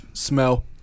Smell